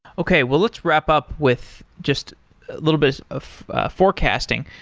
okay. well, let's wrap up with just a little bit of forecasting.